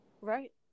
Right